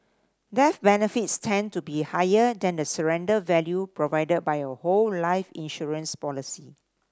death benefits tend to be higher than the surrender value provided by a whole life insurance policy